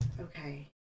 Okay